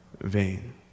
vain